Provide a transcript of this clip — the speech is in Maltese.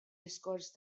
diskors